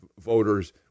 voters